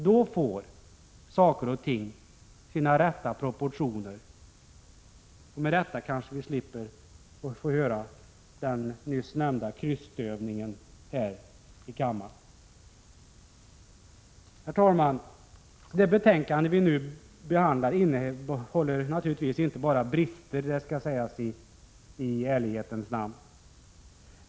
Då får saker och ting sina rätta proportioner, och med detta kanske vi kan få slippa den nyss nämnda krystövningen här i kammaren. Herr talman! Det betänkande vi nu behandlar innehåller inte bara brister — det skall sägas i ärlighetens namn.